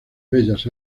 bellas